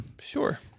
sure